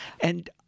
And-